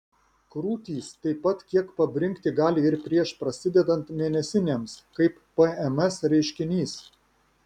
krūtys taip pat kiek pabrinkti gali ir prieš prasidedant mėnesinėms kaip pms reiškinys